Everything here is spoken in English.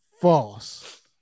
false